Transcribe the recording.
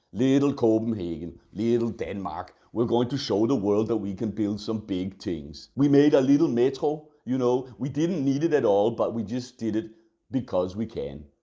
little copenhagen, little denmark. we're going to show the world that we can build some big things. we made a little metro. you know we didn't need it at all but we just did it because we can.